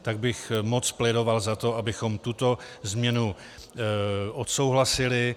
Tak bych moc plédoval za to, abychom tuto změnu odsouhlasili.